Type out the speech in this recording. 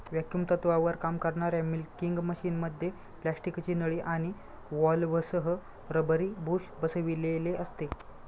vacuum तत्त्वावर काम करणाऱ्या मिल्किंग मशिनमध्ये प्लास्टिकची नळी आणि व्हॉल्व्हसह रबरी बुश बसविलेले असते